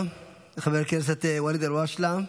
תודה רבה לחבר הכנסת ואליד אלהואשלה.